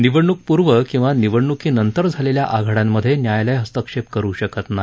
निवडणूक पूर्व किंवा निवडणूकीनंतर झालेल्या आघाड्यांमधे न्यायालय हस्तक्षेप करु शकत नाही